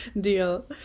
deal